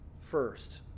first